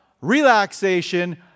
relaxation